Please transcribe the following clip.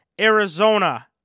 Arizona